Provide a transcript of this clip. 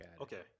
okay